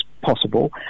possible